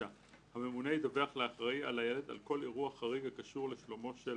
(9) הממונה ידווח לאחראי על הילד על כל אירוע חריג הקשור לשלומו של